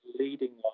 leading